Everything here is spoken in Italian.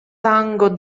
quando